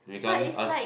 we can't ah